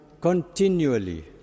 continually